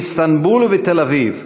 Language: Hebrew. באיסטנבול ובתל-אביב,